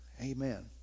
Amen